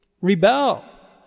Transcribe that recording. Rebel